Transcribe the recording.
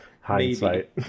Hindsight